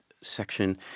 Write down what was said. section